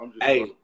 Hey